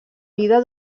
vida